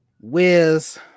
Wiz